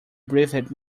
breathed